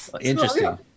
Interesting